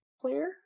player